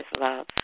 love